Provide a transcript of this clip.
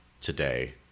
today